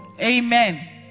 Amen